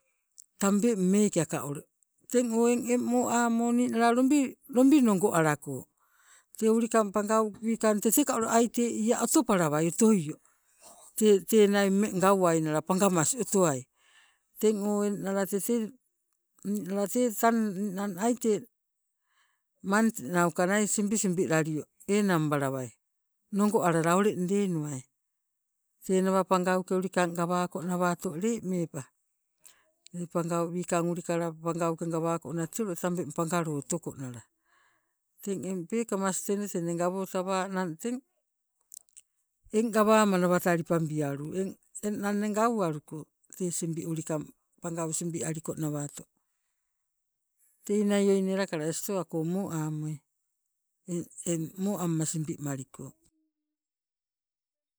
Tambeng meekeka ule, teng o eng eng moamo ninala lombi, lombi nongo alako tee ulikang pangau wikang teteka ule aite ia otopalawai otoio tee tee ummeng gauwainala pangamas otowai. Teng o eng nala tete ninala tee tang aite month nauka nai simbi simbi laio enang balawai, nongo alala uleng lenuai. Tenawa pangauke ulikang gawako nawa lemepa, tee pangau wikang ulikala pangauke gawakonna tee ule tambeng pangalo otokonala. Teng eng peekamas tenetene gawotawanang teng eng gawamanawa talipambialu eng nanne gauwaluko tee simbi ulikang pangau simbi aliko nawato, tei nai oi nelakalai stoako moamoi eng moamma simbimaliko.